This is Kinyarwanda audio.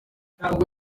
ubwo